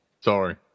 sorry